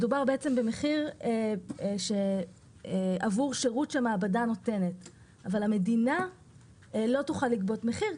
מדובר במחיר עבור שירות שנותנת מעבדה אבל המדינה לא תוכל לגבות מחיר.